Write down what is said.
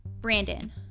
Brandon